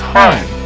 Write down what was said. time